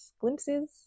Glimpses